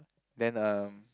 then uh